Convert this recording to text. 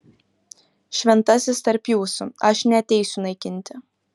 šventasis tarp jūsų aš neateisiu naikinti